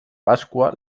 pasqua